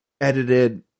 edited